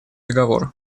договор